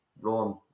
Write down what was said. run